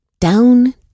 Down